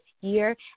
year